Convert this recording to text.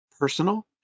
Personal